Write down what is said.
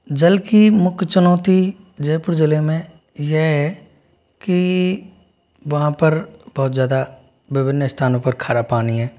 जल की मुख्य चुनौती जयपुर ज़िले में यह है की वहाँ पर बहुत ज्यादा विभिन्न स्थानों पर खारा पानी है